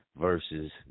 versus